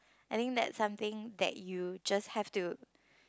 I think that something that you just have to